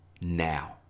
now